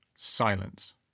Silence